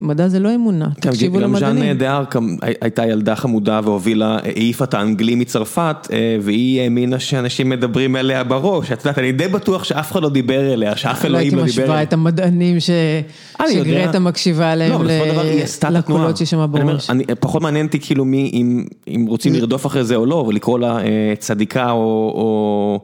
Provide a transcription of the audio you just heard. מדע זה לא אמונה, תקשיבו למדענים. גם ז'אן ד'ארק הייתה ילדה חמודה והובילה, העיפה את האנגלים מצרפת, והיא האמינה שאנשים מדברים אליה בראש. את יודעת, אני די בטוח שאף אחד לא דיבר אליה, שאף אלוהים לא דיבר אליה. לא הייתי משווה את המדענים ש.. -אני יודע...- שגרטה מקשיבה להם... -לא, אבל בסופו של דבר- לקולות שהיא שמעה בראש. אני אומר, פחות מעניין אותי כאילו מי, אם... אם רוצים לרדוף אחרי זה או לא, ולקרוא לה צדיקה או או...